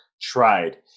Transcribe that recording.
tried